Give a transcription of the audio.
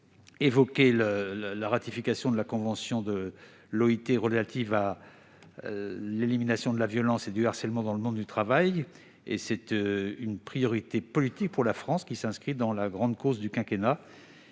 évoqué la ratification de la convention de l'OIT relative à l'élimination de la violence et du harcèlement dans le monde du travail. Il s'agit bien d'une priorité politique pour la France, qui s'inscrit dans la grande cause du quinquennat,